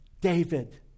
David